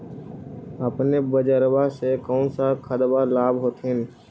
अपने बजरबा से कौन सा खदबा लाब होत्थिन?